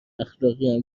اخلاقی